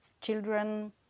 children